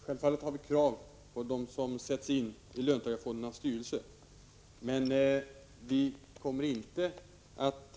Herr talman! Självfallet har vi krav på dem som sätts in i löntagarfondernas styrelser. Vi kommer emellertid inte att